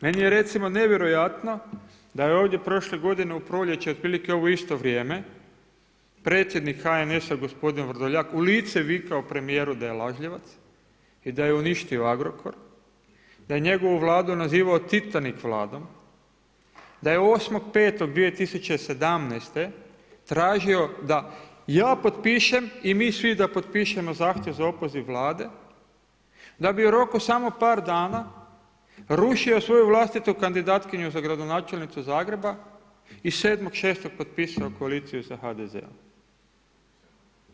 Meni je recimo nevjerojatno da je ovdje prošle godine u proljeće otprilike u ovo isto vrijeme predsjednik HNS-a gospodin Vrdoljak u lice vikao premijeru da je lažljivac i da je uništio Agrokor, da je njegovu Vladu nazivao Titanik Vladom, da je 8.5.2017. tražio da ja potpišem i mi svi da potpišemo zahtjev za opoziv Vlade, da bi u roku samo par dana rušio svoju vlastitu kandidatkinju za gradonačelnicu Zagreba i 7. 6. potpisao koaliciju sa HDZ-om.